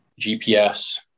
GPS